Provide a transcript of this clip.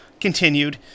continued